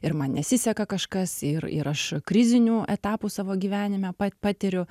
ir man nesiseka kažkas ir ir aš krizinių etapų savo gyvenime pa patiriu